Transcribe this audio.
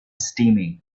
steaming